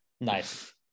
Nice